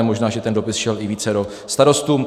Možná že ten dopis šel i vícero starostům.